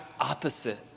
opposite